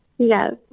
Yes